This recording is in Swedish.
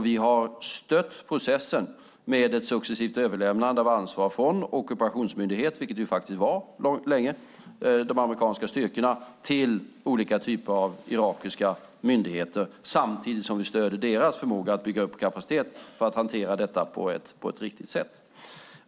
Vi har stött processen med ett successivt överlämnande av ansvar från en ockupationsmyndighet, vilket de amerikanska styrkorna länge var, till olika typer av irakiska myndigheter samtidigt som vi stöder deras förmåga att bygga upp kapacitet för att hantera detta på ett riktigt sätt.